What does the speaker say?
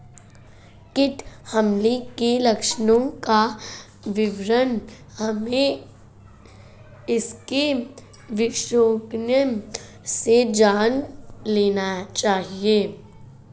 कीट हमले के लक्षणों का विवरण हमें इसके विशेषज्ञों से जान लेनी चाहिए